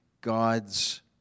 God's